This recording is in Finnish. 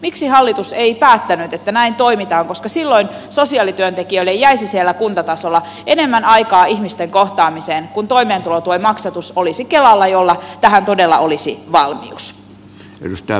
miksi hallitus ei päättänyt että näin toimitaan koska silloin sosiaalityöntekijöille jäisi siellä kuntatasolla enemmän aikaa ihmisten kohtaamiseen kun toimeentulotuen maksatus olisi kelalla jolla tähän todella olisi valmius